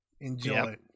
enjoy